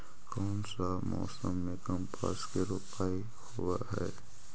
कोन सा मोसम मे कपास के रोपाई होबहय?